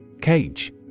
Cage